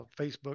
Facebook